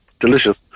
delicious